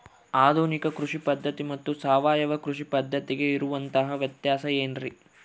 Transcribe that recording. ಆಧುನಿಕ ಕೃಷಿ ಪದ್ಧತಿ ಮತ್ತು ಸಾವಯವ ಕೃಷಿ ಪದ್ಧತಿಗೆ ಇರುವಂತಂಹ ವ್ಯತ್ಯಾಸ ಏನ್ರಿ?